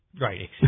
Right